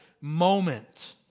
moment